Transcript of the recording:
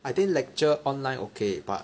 I think lecture online ok but